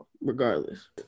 regardless